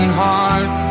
heart